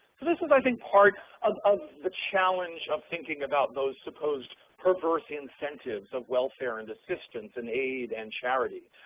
this is, i think, part of of the challenge of thinking about those supposed perverse incentives of welfare and assistance and aid and charity.